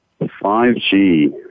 5G